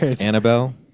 Annabelle